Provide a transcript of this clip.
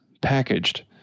packaged